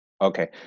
Okay